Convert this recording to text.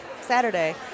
Saturday